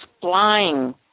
flying